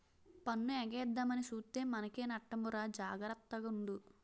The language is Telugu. పన్ను ఎగేద్దామని సూత్తే మనకే నట్టమురా జాగర్త గుండు